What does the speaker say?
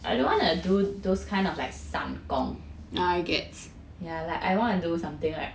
I don't want to do those kind of like 散工 yeah like I want to do something like